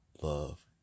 love